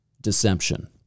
deception